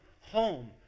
home